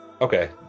Okay